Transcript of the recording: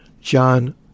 John